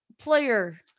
player